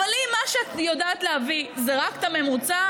אבל אם מה שאת יודעת להביא זה רק את הממוצע,